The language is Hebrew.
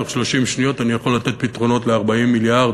תוך 30 שניות אני יכול לתת פתרונות ל-40 מיליארד.